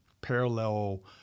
parallel